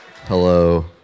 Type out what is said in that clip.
Hello